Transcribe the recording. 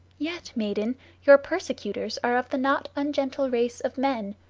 yet, maiden, your persecutors are of the not ungentle race of men,